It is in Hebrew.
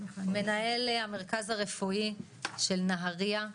מנהל המרכז הרפואי של נהריה,